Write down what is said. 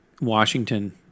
Washington